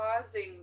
causing